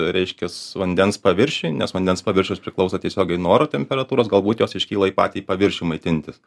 reiškias vandens paviršiui nes vandens paviršius priklauso tiesiogiai nuo oro temperatūros galbūt jos iškyla į patį paviršių maitintis